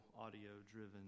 audio-driven